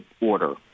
order